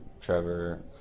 Trevor